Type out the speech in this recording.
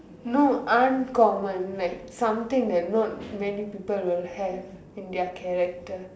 no uncommon like something that not many people will have in their character